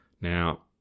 Now